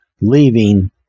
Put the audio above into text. leaving